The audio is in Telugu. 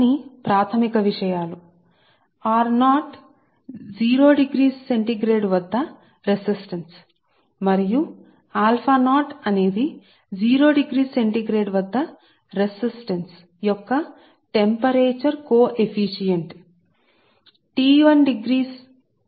ఇవన్నీ ప్రాథమిక విషయాలు మరియు 0 డిగ్రీ సెల్సియస్ వద్ద రెసిస్టెన్స్ మరియు సెల్సియస్ వద్ద రెసిస్టెన్స్ యొక్క టెంపరేచర్ కోఎఫిసిఎంట్